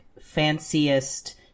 fanciest